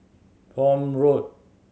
Prome Road